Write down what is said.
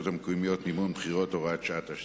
המקומיות (מימון בחירות) (הוראת שעה),